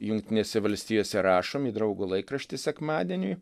jungtinėse valstijose rašom į draugo laikraštį sekmadieniui